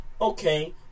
okay